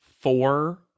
four